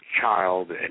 child